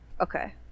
Okay